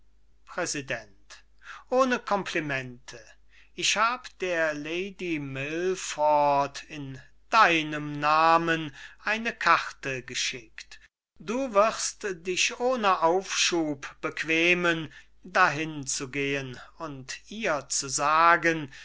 präsident ohne complimente ich habe der lady milford in deinem namen eine karte geschickt du wirst dich ohne aufschub bequemen dahin zu gehen und ihr zu sagen